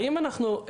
האם אנחנו,